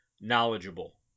knowledgeable